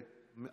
את